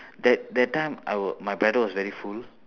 that that time I will my bladder was very full